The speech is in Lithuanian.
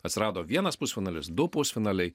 atsirado vienas pusfinalis du pusfinaliai